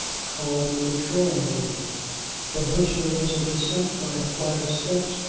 called the drawing-room from which there was a descent by a flight of steps,